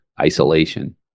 isolation